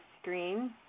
screen